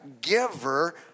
giver